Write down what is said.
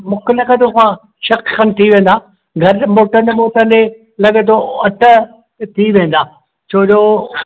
मूंखे लॻे थो छह खन थी वेंदा घरु मोटंदे मोटंदे लॻे थो अठ थी वेंदा छोजो